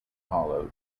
hollow